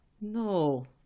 No